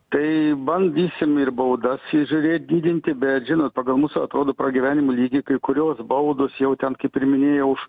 tai bandysim ir baudas i žiūrėt didinti bet žinot pagal mūsų atrodo pragyvenimo lygį kai kurios baudos jau ten kaip ir minėjau už